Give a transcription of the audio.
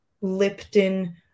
Lipton